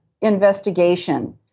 investigation